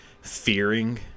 fearing